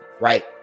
right